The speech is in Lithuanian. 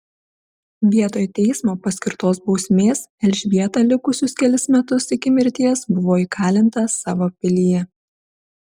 vietoj teismo paskirtos bausmės elžbieta likusius kelis metus iki mirties buvo įkalinta savo pilyje